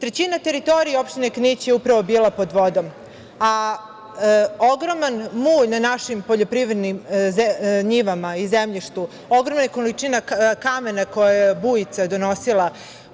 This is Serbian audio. Trećina teritorije opštine Knić je upravo bila pod vodom, a ogroman mulj na našim poljoprivrednim njivama i zemljištu, ogromna količina kamena koje je bujica nosila,